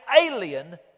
alien